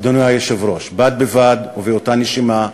אדוני היושב-ראש, בד בבד ובאותה נשימה,